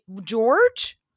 George